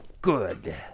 good